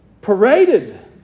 paraded